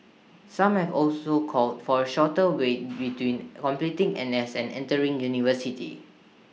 some have also called for A shorter wait between completing N S and entering university